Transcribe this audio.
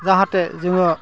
जाहाथे जोङो